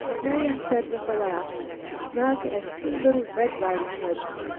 marian said with a laugh snug as two little red riding hoods.